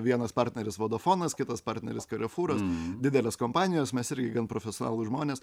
vienas partneris vodafonas kitas partneris karefūras didelės kompanijos mes irgi gan profesionalūs žmonės